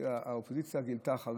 האופוזיציה גילתה חריצות,